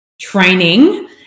training